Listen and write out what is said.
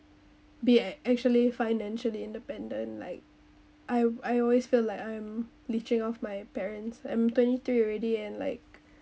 be ac~ actually financially independent like I I always feel like I'm leaching off my parents I'm twenty three already and like